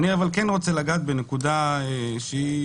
אני רוצה לגעת בנקודה מסוימת,